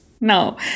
no